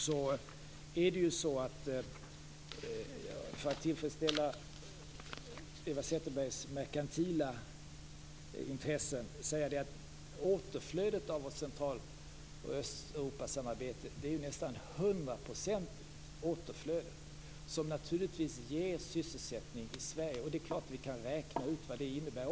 För att tillfredsställa Eva Zetterbergs merkantila intressen kan jag säga att återflödet av vårt Central och Östeuropasamarbete är nästan hundraprocentigt. Det ger naturligtvis sysselsättning i Sverige, och det är klart att vi kan räkna ut vad det innebär.